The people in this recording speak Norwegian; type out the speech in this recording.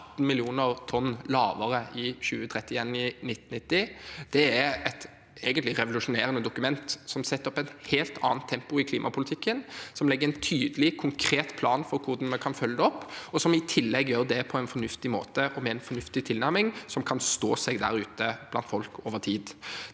18 millioner tonn lavere i 2030 enn i 1990, egentlig er et revolusjonerende dokument som setter opp et helt annet tempo i klimapolitikken, som legger en tydelig, konkret plan for hvordan vi kan følge det opp, og som i tillegg gjør det på en fornuftig måte og med en fornuftig tilnærming som kan stå seg over tid der ute blant folk. Det